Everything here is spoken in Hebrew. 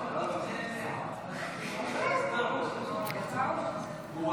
מזערי בעבירה של תקיפה או התעללות בקטין או חסר ישע),